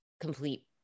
complete